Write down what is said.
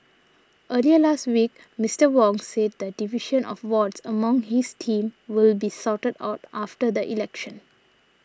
earlier last week Mister Wong said the division of wards among his team will be sorted out after the election